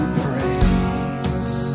praise